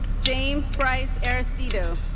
james bryce aristidou